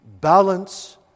balance